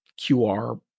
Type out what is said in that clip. QR